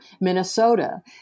Minnesota